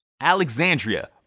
Alexandria